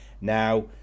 Now